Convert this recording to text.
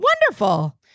Wonderful